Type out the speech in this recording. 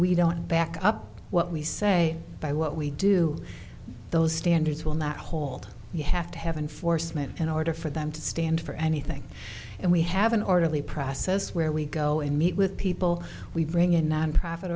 we don't back up what we say by what we do those standards will not hold you have to have an foresman in order for them to stand for anything and we have an orderly process where we go and meet with people we bring in nonprofit